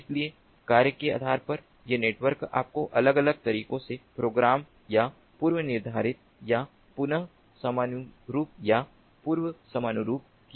इसलिए कार्य के आधार पर ये नेटवर्क आपको अलग अलग तरीकों से प्रोग्राम या पूर्वनिर्धारित या पुन समनुरूप या पूर्व समनुरूप किया जा सकता है